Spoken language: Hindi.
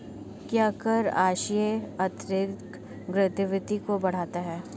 क्या कर आश्रय आर्थिक गतिविधियों को बढ़ाता है?